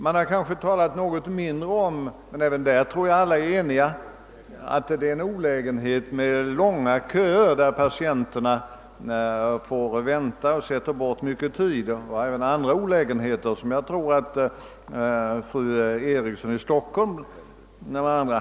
Man har kanske talat något mindre om — ehuru jag tror att alla är eniga även på den punkten — att det är en nackdel med långa köer, eftersom patienterna måste sätta till mycken tid och även får vidkännas andra olägenheter, som jag tror att bl.a. fru Eriksson i Stockholm hade i tankarna.